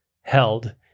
held